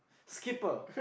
Skipper